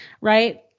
Right